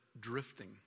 drifting